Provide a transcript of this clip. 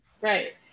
right